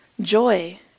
Joy